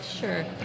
Sure